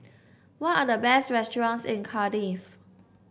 what are the best restaurants in Cardiff